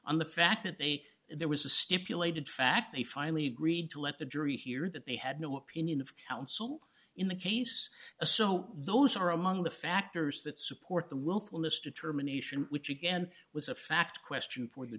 on the fact that they there was a stipulated fact they finally agreed to let the jury hear that they had no opinion of counsel in the case a so those are among the factors that support the willfulness determination which again was a fact question for the